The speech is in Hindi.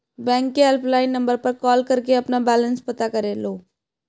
बैंक के हेल्पलाइन नंबर पर कॉल करके अपना बैलेंस पता कर लो